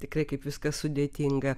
tikrai kaip viskas sudėtinga